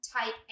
type